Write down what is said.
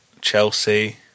Chelsea